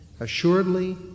Assuredly